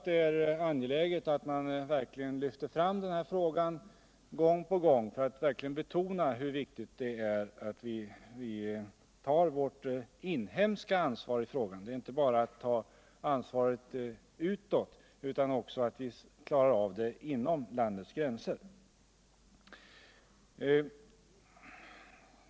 Det är angeläget att lyfta fram denna fråga gång på gång för att verkligen betona hur viktigt det är att vi tar vårt inhemska ansvar för den. Det gäller därvid således inte bara att ta vårt ansvar utåt, utan också att kunna klara av diskrimineringsproblemen inom landets gränser.